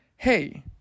Hey